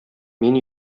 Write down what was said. мин